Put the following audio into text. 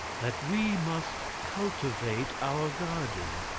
that we must cultivate our garden.